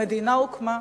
המדינה הוקמה,